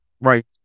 Right